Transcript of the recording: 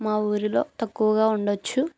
మా ఊరిలో తక్కువగా ఉండచ్చు